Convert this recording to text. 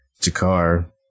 Jakar